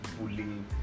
bullying